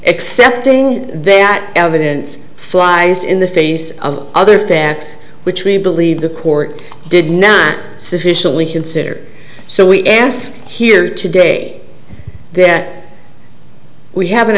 accepting that evidence flies in the face of other facts which we believe the court did not sufficiently consider so we ask here today that we have an